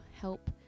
help